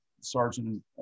sergeant